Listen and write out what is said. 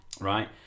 Right